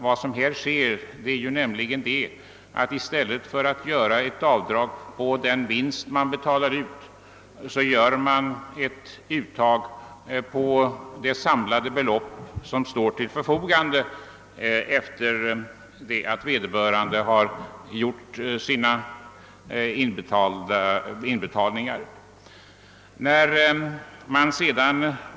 Vad som sker är att i stället för ett avdrag på den vinst som betalas ut ett uttag görs på det samlade belopp som står till förfogande efter det att vederbörande har verkställt sina inbetalningar.